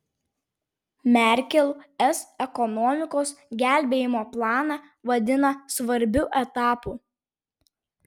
merkel es ekonomikos gelbėjimo planą vadina svarbiu etapu